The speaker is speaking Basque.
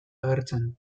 agertzen